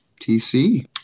TC